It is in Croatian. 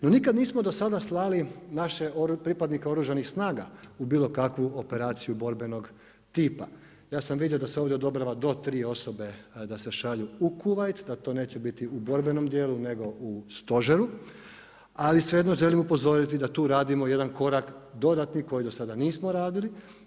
No nikada nismo do sada slali naše pripadnike Oružanih snaga u bilo kakvu operaciju borbenog tipa, ja sam vidio da se ovdje odobrava do 3 osobe da se šalju u Kuvajt, da to neće biti u borbenom djelu, nego u stožeru, ali svejedno želim upozoriti da tu radimo jedan korak koji dosada nismo radili.